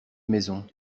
maisons